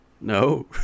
No